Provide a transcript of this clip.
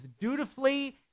dutifully